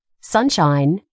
sunshine